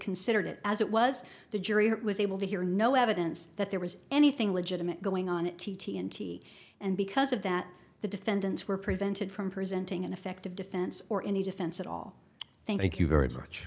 considered it as it was the jury was able to hear no evidence that there was anything legitimate going on t n t and because of that the defendants were prevented from presenting an effective defense or any defense at all thank you very much